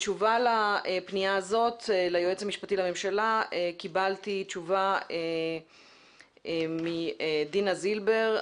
בתשובה לפנייה הזאת ליועץ המשפטי לממשלה קיבלתי תשובה מדינה זילבר,